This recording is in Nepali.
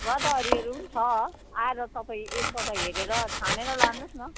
गदावरीहरू पनि छ आएर तपाईँ एकपल्ट हेरेर छानेर लानुहोस् न